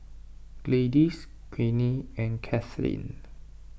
Gladis Greene and Caitlynn